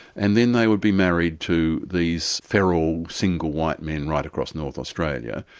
and then they would be married to these feral single white men right across north australia,